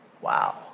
Wow